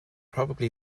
probably